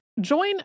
Join